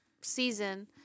season